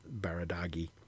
Baradagi